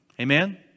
Amen